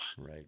Right